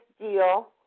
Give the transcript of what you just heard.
deal